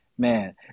Man